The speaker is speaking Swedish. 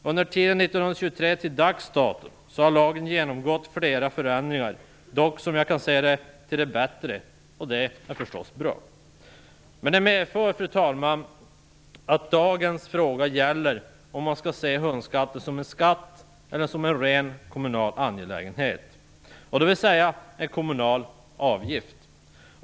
Från 1923 till dags dato har lagen genomgått flera förändringar - dock, som jag ser det, till det bättre. Det är förstås bra. Men, fru talman, det medför att dagens fråga gäller om man skall se hundskatten som en skatt eller som en rent kommunal angelägenhet, dvs. som en kommunal avgift.